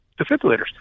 defibrillators